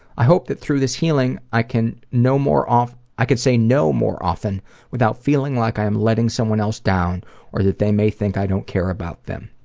i hope that through this healing i can no more of, i can say no more often without feeling like i am letting someone else down or that they may think i don't care about them.